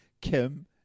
Kim